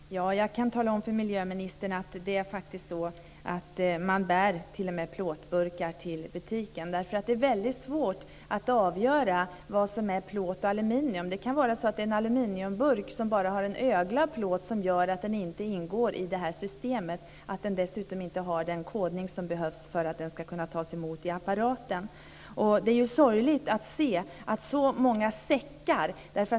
Herr talman! Jag kan tala om för miljöministern att man bär t.o.m. plåtburkar till butiken. Det är svårt att avgöra vad som är plåt och aluminium. Det kan vara så att en aluminiumburk med en ögla av plåt inte ingår i systemet och därmed inte har den kodning som behövs för att den ska tas emot av apparaten. Det är sorgligt att se så många säckar.